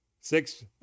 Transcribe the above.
Six